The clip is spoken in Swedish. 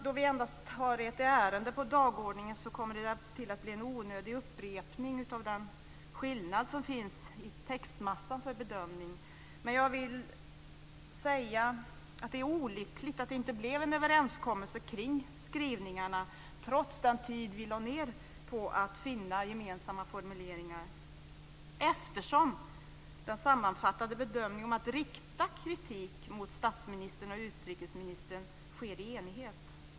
Då vi endast har ett ärende på dagordningen kommer det att bli en onödig upprepning av den skillnad som finns i textmassan för bedömning. Det är olyckligt att det inte blev en överenskommelse kring skrivningarna trots all tid som vi lade ned på att finna gemensamma formuleringar, eftersom den sammanfattande bedömningen att rikta kritik mot statsministern och utrikesministern sker i enighet.